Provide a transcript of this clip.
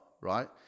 right